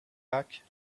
back